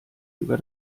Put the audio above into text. über